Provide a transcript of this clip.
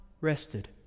rested